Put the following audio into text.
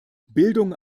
bildung